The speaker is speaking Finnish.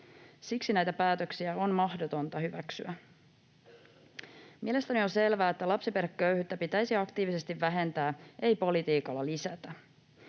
Siksi näitä päätöksiä on mahdotonta hyväksyä. Mielestäni on selvää, että lapsiperheköyhyyttä pitäisi aktiivisesti vähentää, ei politiikalla lisätä.